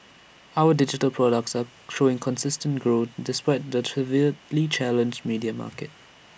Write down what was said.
our digital products are showing consistent growth despite the severely challenged media market